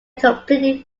completely